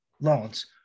loans